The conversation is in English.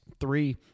three